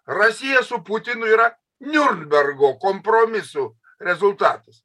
rasieja su putinu yra niurnbergo kompromisų rezultatas